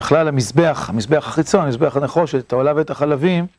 בכלל המזבח, המזבח החיצון, המזבח הנכון, שאת העולה ואת החלבים